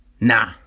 Nah